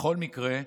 בכל מקרה,